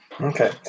Okay